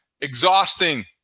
exhausting